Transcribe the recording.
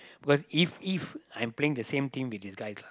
because if if I'm playing the same team with these guys lah